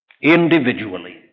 individually